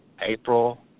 April